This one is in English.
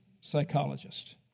psychologist